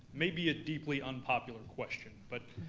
may be a deeply unpopular question. but,